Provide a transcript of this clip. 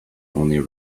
only